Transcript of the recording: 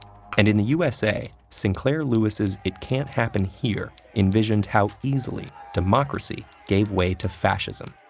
and in the u s a, sinclair lewis's it can't happen here envisioned how easily democracy gave way to fascism.